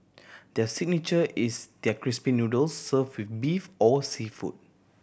their signature is their crispy noodles served with beef or seafood